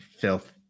filth